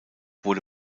wurde